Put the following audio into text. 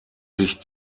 sich